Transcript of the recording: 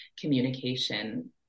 communication